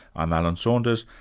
i'm alan saunders,